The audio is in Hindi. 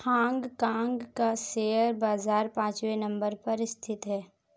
हांग कांग का शेयर बाजार पांचवे नम्बर पर स्थित है